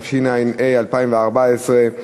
התשע"ה 2014,